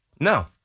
no